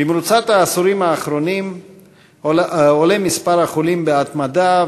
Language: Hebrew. במרוצת העשורים האחרונים עלה מספר החולים בהתמדה,